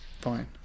Fine